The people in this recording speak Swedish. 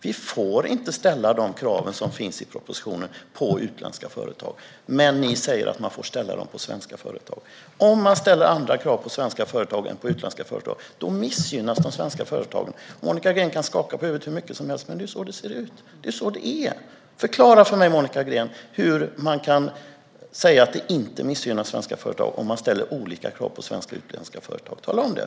Vi får inte ställa de krav som finns i propositionen på utländska företag, men ni säger att man får ställa dem på svenska företag. Om man ställer andra krav på svenska företag än på utländska företag missgynnas de svenska företagen. Monica Green kan skaka på huvudet hur mycket som helst, men det är så det ser ut. Det är så det är. Förklara för mig, Monica Green, hur man kan säga att det inte missgynnar svenska företag om man ställer olika krav på svenska och utländska företag! Tala om det!